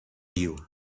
you